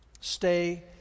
Stay